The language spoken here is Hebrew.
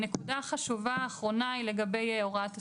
נקודה חשובה אחרונה היא לגבי הוראת התחילה.